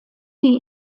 die